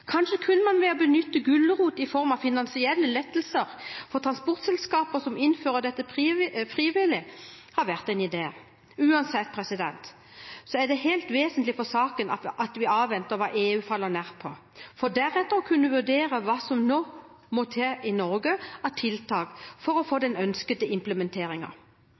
Kanskje kunne det å benytte gulrot i form av finansielle lettelser for transportselskaper som innfører dette frivillig, ha vært en idé. Uansett er det er helt vesentlig for saken at vi avveier hva EU faller ned på, for deretter å kunne vurdere hva som nå må til i Norge av tiltak for å få den ønskede